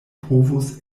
povus